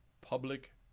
public